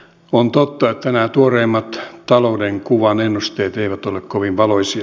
on totta että nämä tuoreimmat talouden kuvan ennusteet eivät ole kovin valoisia